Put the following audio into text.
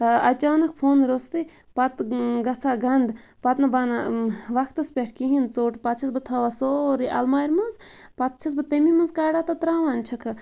اَچانَک فونہٕ روٚستٕے پَتہٕ گَژھان گَنٛد پَتہٕ نہٕ بَنان وَقتَس پٮ۪ٹھ کِہیٖنۍ ژوٚٹ پَتہ چھَس بہٕ تھاوان سورٕے اَلمارِ مَنٛز پَتہٕ چھَس بہٕ تمے مَنٛز کَڑان تہٕ تراوان چھَکھ